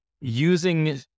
using